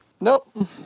Nope